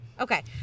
Okay